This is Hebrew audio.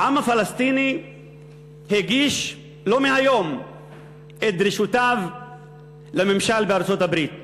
העם הפלסטיני הגיש לא מהיום את דרישותיו לממשל בארצות-הברית ואמר: